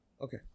Okay